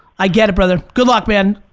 i get it brother. good luck, man.